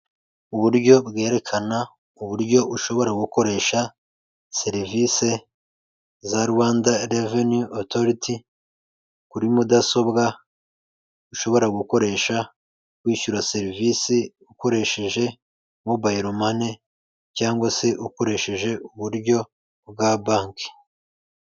Uburyo bwerekana uburyo ushobora gukoresha serivise za Rwanda reveniyu otoriti, kuri mudasobwa, ushobora gukoresha wishyura serivise ukoresheje mobayilo mane, cyangwa se ukoresheje uburyo bwa banki.